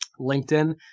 LinkedIn